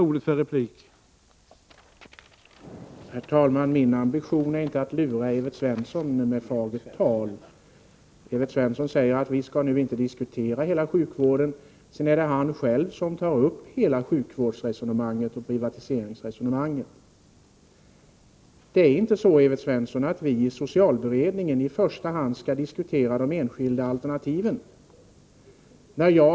Herr talman! Min ambition är inte att lura Evert Svensson med fagert tal. Evert Svensson säger att vi nu inte skall diskutera hela sjukvården, men det är han själv som tar upp hela sjukvårdsresonemanget och privatiseringsresonemanget. I socialberedningen skall vi inte i första hand diskutera de enskilda alternativen, Evert Svensson.